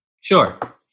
Sure